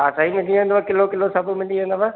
हा साईं मिली वेंदव किलो किलो सभु मिली वेंदव